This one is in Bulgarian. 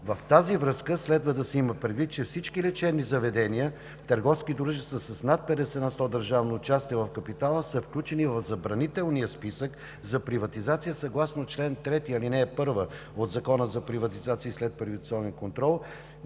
В тази връзка следва да се има предвид, че всички лечебни заведения – търговски дружества с над 50 на сто държавно участие в капитала, са включени в Забранителния списък за приватизация съгласно чл. 3, ал. 1 от Закона за приватизация и следприватизационен контрол,